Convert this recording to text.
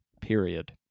period